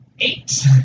Eight